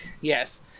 Yes